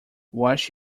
wash